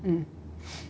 um